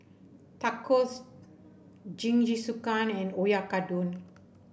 Tacos Jingisukan and Oyakodon